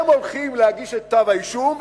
הם הולכים להגיש את כתב-האישום,